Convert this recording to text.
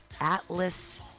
Atlas